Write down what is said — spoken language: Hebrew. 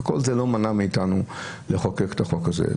וכל זה לא מנע מאיתנו לחוקק את החוק הזה,